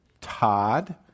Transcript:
Todd